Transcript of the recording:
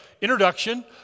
Introduction